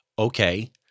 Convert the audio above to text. Okay